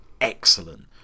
excellent